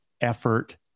effort